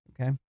Okay